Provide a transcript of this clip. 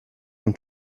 zum